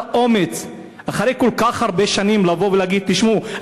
האומץ אחרי כל כך הרבה שנים לבוא ולהגיד: תשמעו,